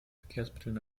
verkehrsmitteln